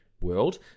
world